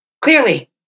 clearly